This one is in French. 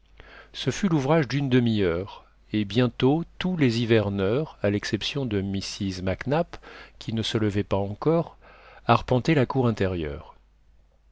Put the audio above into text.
ce fut l'ouvrage d'une demi-heure et bientôt tous les hiverneurs à l'exception de mrs mac nap qui ne se levait pas encore arpentaient la cour intérieure